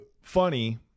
Funny